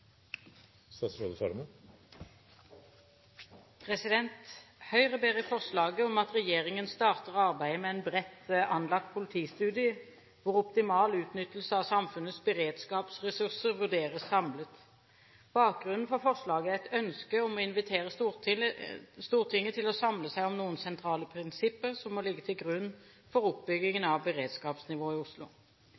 Høyre ber i forslaget om at regjeringen starter arbeidet med en bredt anlagt politistudie hvor optimal utnyttelse av samfunnets beredskapsressurser vurderes samlet. Bakgrunnen for forslaget er et ønske om å invitere Stortinget til å samle seg om noen sentrale prinsipper som må ligge til grunn for oppbyggingen